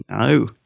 No